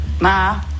Ma